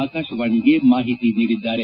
ಆಕಾಶವಾಣಿಗೆ ಮಾಹಿತಿ ನೀಡಿದ್ದಾರೆ